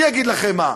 אני אגיד לכם מה.